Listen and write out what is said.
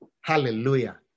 Hallelujah